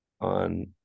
on